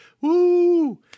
Woo